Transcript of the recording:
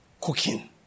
Cooking